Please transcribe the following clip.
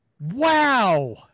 Wow